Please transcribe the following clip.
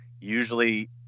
Usually